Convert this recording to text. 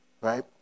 right